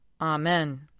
Amen